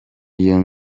iyo